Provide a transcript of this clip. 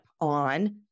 on